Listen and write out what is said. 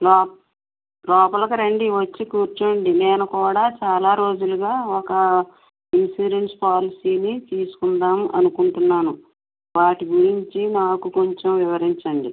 లోప లోపలికి రండి వచ్చి కూర్చోండి నేను కూడా చాలా రోజులుగా ఒక ఇన్సూరెన్స్ పాలసీని తీసుకుందాం అనుకుంటున్నాను వాటి గురించి నాకు కొంచెం వివరించండి